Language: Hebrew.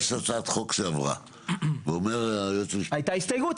יש הצעת חוק שעברה ואומר היועץ המשפטי --- הייתה הסתייגות,